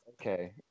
Okay